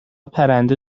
پرنده